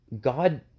God